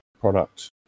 product